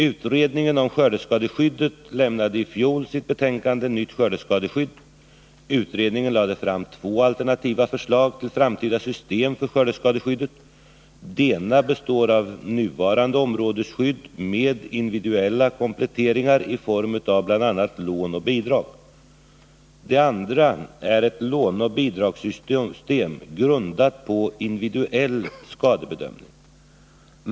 Utredningen om skördeskadeskyddet lämnade i fjol sitt betänkande Nytt skördeskadeskydd. Utredningen lade fram två alternativa förslag till framtida system för skördeskadeskyddet. Det ena består av nuvarande områdesskydd med individuella kompletteringar i form av bl.a. lån och bidrag. Det andra är ett låneoch bidragssystem grundat på individuell skadebedömning.